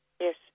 Yes